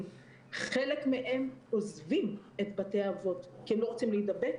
חלק מהם עוזבים את בתי האבות כי הם לא רוצים להידבק,